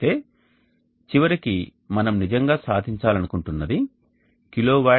అయితే చివరికి మనం నిజంగా సాధించాలనుకుంటున్నది kWhm2 day